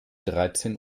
dreizehn